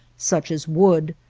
such as wood.